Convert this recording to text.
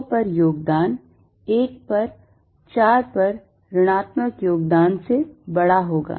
2 पर योगदान 1 पर 4 पर ऋणात्मक योगदान से बड़ा होगा